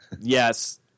yes